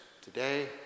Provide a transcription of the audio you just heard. today